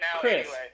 chris